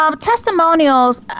Testimonials